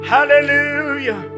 Hallelujah